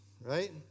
right